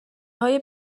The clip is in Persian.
های